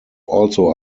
also